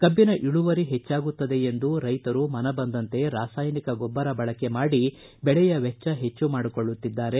ಕಬ್ಬಿನ ಇಳುವರಿ ಹೆಚ್ಚಾಗುತ್ತದೆ ಎಂದು ರೈತರು ಮನಬಂದಂತೆ ರಾಸಾಯನಿಕ ಗೊಬ್ಬರ ಬಳಕೆ ಮಾಡಿ ಬೆಳೆಯ ವೆಜ್ವ ಹೆಚ್ಚು ಮಾಡಿಕೊಳ್ಳುತ್ತಿದ್ದಾರೆ